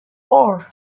ore